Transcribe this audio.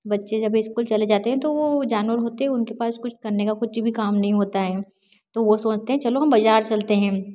बच्चे जब स्कूल चले जाते हैं तो वो जानवर होते हैं उनके पास कुछ करने का कुछ भी काम नहीं होता है तो वो सोचते हैं चलो हम बाजार चलते हैं